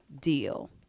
deal